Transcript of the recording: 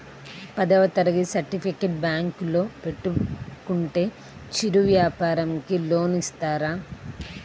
పదవ తరగతి సర్టిఫికేట్ బ్యాంకులో పెట్టుకుంటే చిరు వ్యాపారంకి లోన్ ఇస్తారా?